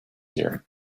year